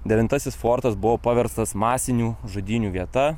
devintasis fortas buvo paverstas masinių žudynių vieta